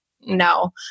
no